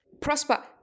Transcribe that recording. Prosper